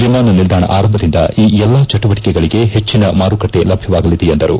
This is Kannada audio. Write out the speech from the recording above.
ವಿಮಾನ ನಿಲ್ಲಾಣ ಆರಂಭದಿಂದ ಈ ಎಲ್ಲಾ ಚಟುವಟಿಕೆಗಳಿಗೆ ಹೆಚ್ಚಿನ ಮಾರುಕಟ್ಟೆ ಲಭ್ಯವಾಗಲಿದೆ ಎಂದರು